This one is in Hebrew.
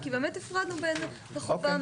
כי באמת הפרדנו --- אוקיי,